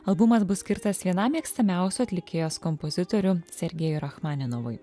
albumas bus skirtas vienam mėgstamiausių atlikėjos kompozitorių sergejui rachmaninovui